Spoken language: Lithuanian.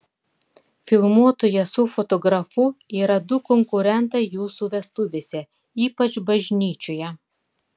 filmuotojas su fotografu yra du konkurentai jūsų vestuvėse ypač bažnyčioje